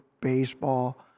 baseball